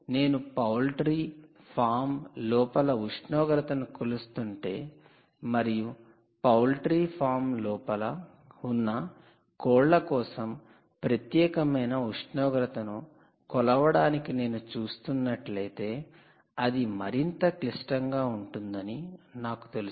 నేను poultry farm లోపల ఉష్ణోగ్రతను కొలుస్తుంటే మరియు పౌల్ట్రీ ఫామ్ లోపల ఉన్న కోళ్ళ కోసం ప్రత్యేకమైన ఉష్ణోగ్రతను కొలవడానికి నేను చూస్తున్నట్లయితే అది మరింత క్లిష్టంగా ఉంటుందని నాకు తెలుసు